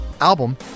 album